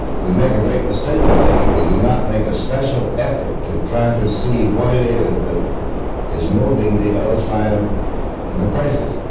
we make a great mistake, i think, if we do not make a special effort to try and to see what it is that is moving the other side and in a crisis.